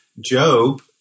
Job